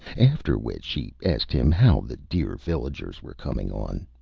after which she asked him how the dear villagers were coming on.